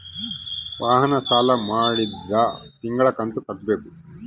ವಾಹನ ಸಾಲ ಮಾಡಿದ್ರಾ ತಿಂಗಳ ಕಂತು ಕಟ್ಬೇಕು